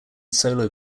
solo